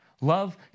Love